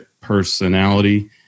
personality